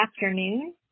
afternoon